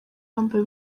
yambaye